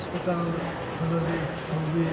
अस्पताल खोलले हउवे